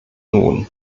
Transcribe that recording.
nun